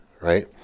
right